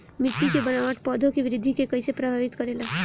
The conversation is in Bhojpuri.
मिट्टी के बनावट पौधों की वृद्धि के कईसे प्रभावित करेला?